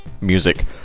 music